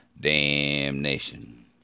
damnation